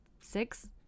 six